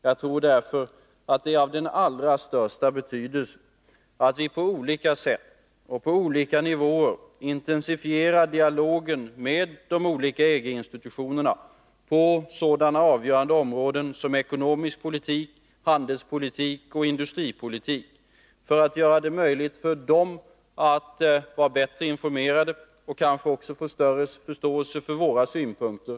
Jag tror därför att det är av den allra största betydelse att vi på olika sätt och på olika nivåer intensifierar dialogen med de olika EG-institutionerna på sådana avgörande områden som ekonomisk politik, handelspolitik och industripolitik för att göra dem bättre informerade och kanske skapa större förståelse för våra synpunkter.